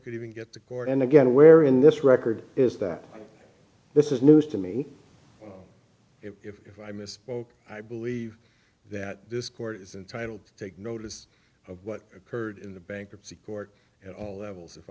could even get to court and again where in this record is that this is news to me if i misspoke i believe that this court is entitled to take notice of what occurred in the bankruptcy court at all levels if